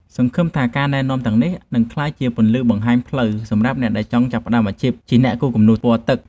សង្ឃឹមថាការណែនាំទាំងនេះនឹងក្លាយជាពន្លឺបង្ហាញផ្លូវសម្រាប់អ្នកដែលចង់ចាប់ផ្តើមអាជីពជាអ្នកគូរគំនូរពណ៌ទឹក។